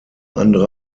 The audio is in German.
andere